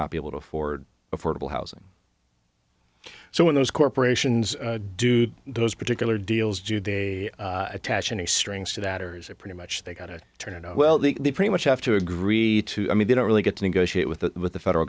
not be able to afford affordable housing so when those corporations do those particular deals do they attach any strings to that or is it pretty much they got it turned out well the pretty much have to agree to i mean they don't really get to negotiate with the with the federal